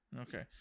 Okay